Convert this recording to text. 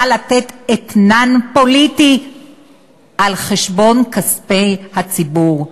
לתת אתנן פוליטי על חשבון כספי הציבור,